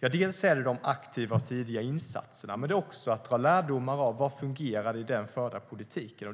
Dels handlar det om de aktiva och tidiga insatserna, dels om att ta lärdom av vad som fungerade i den förda politiken.